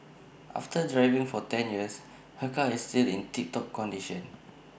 after driving for ten years her car is still in tip top condition